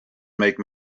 make